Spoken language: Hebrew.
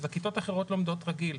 הכיתות האחרות לומדות רגיל,